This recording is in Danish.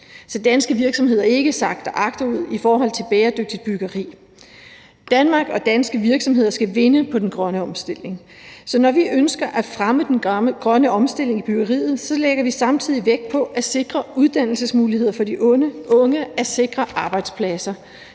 så danske virksomheder ikke sakker agterud i forhold til bæredygtigt byggeri. Danmark og danske virksomheder skal vinde på den grønne omstilling, så når vi ønsker at fremme den grønne omstilling i byggeriet, lægger vi samtidig vægt på at sikre uddannelsesmuligheder for de unge, at sikre arbejdspladser